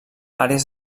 àrees